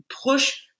push